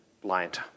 blind